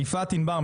יפעת ענבר,